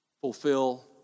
fulfill